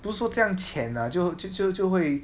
不是这样浅 ah 就就就就会